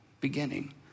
beginning